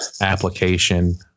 application